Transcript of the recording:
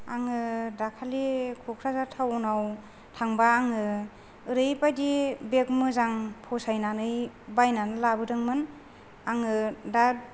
आङो दाखालि क'क्राझार टाउनाव थांबा आङो ओरैबायदि बेग मोजां फसायनानै बायनानै लाबोदोंमोन आङो दा